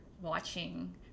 watching